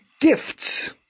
gifts